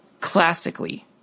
Classically